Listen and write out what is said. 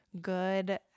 good